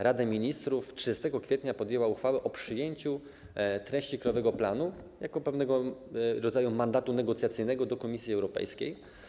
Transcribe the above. Rada Ministrów 30 kwietnia podjęła uchwałę o przyjęciu treści Krajowego Planu Odbudowy jako pewnego rodzaju mandatu negocjacyjnego do Komisji Europejskiej.